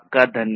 Thank you